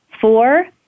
Four